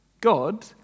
God